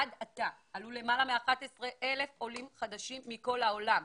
עד עתה עלו יותר מ-11,000 עולים חדשים מכל העולם,